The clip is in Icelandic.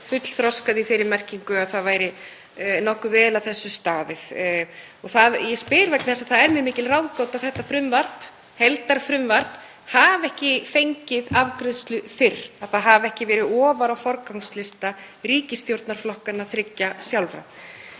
fullþroskað í þeirri merkingu að nokkuð vel væri að þessu staðið. Ég spyr vegna þess að það er mér mikil ráðgáta að þetta heildarfrumvarp hafi ekki fengið afgreiðslu fyrr, að það hafi ekki verið ofar á forgangslista ríkisstjórnarflokkanna þriggja sjálfra.